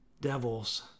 devils